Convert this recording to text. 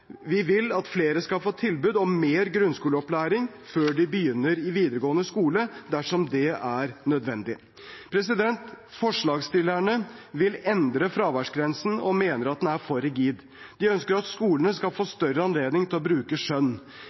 skal få tilbud om mer grunnskoleopplæring før de begynner i videregående skole, dersom det er nødvendig. Forslagsstillerne vil endre fraværsgrensen og mener at den er for rigid. De ønsker at skolene skal få større anledning til å bruke skjønn.